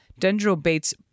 Dendrobates